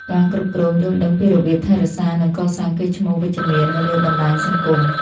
ការគ្រប់គ្រង យល់ដឹងពីរបៀបថែរក្សា និងកសាងកេរ្តិ៍ឈ្មោះវិជ្ជមាននៅលើបណ្តាញសង្គម។